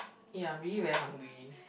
ya I'm really very hungry